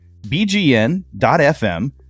bgn.fm